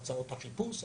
הוצאות החיפוש,